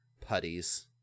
putties